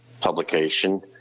publication